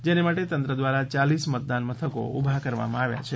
જેને માટે તંત્ર દ્વારા યાલીસ મતદાન મથકો ઉભા કરવામાં આવ્યા છે